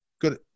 good